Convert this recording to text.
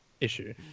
issue